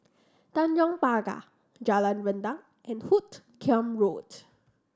Tanjong Pagar Jalan Rendang and Hoot Kiam Road